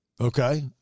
Okay